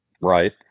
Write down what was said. right